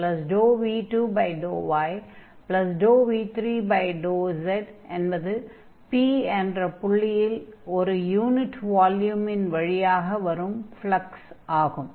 அதாவது v1∂xv2∂yv3∂z என்பது P என்ற புள்ளியில் ஒரு யூனிட் வால்யூமின் வழியாக வரும் ஃப்லக்ஸ் ஆகும்